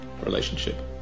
relationship